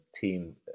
team